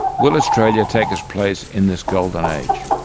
will australia take its place in this golden age,